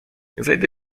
zejdę